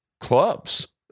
clubs